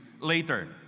later